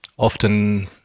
often